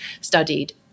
studied